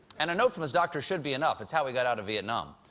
and a note from his doctor should be enough it's how he got out of vietnam!